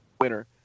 winner